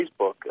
facebook